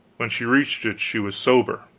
when she reached it she was sober.